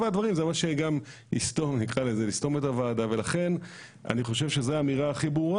הדברים זה מה שגם יסתום את הוועדה ולכן אני חושב שזו האמירה הכי ברורה